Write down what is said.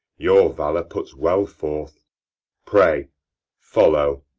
your valour puts well forth pray follow.